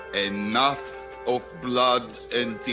enough of blood and